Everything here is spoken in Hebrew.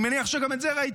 אני מניח שגם את זה ראית,